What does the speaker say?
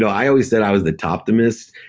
so i always said i was the toptimist.